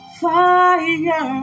fire